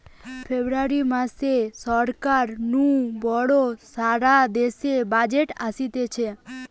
ফেব্রুয়ারী মাসে সরকার নু বড় সারা দেশের বাজেট অসতিছে